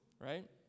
Right